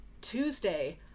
Tuesday